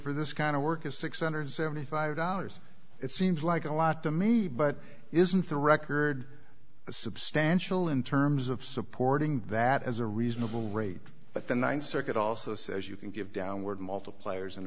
for this kind of work is six hundred seventy five dollars it seems like a lot to me but isn't the record substantial in terms of supporting that is a reasonable rate but the ninth circuit also says you can give downward multipliers an